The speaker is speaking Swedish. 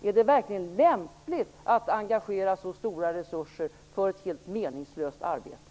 Är det verkligen lämpligt att engagera så stora resurser för ett helt meningslöst arbete?